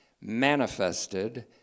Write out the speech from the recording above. manifested